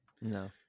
No